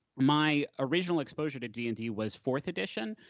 my original exposure to d and d was fourth edition,